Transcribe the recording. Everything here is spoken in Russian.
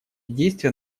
действия